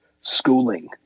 schooling